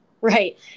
Right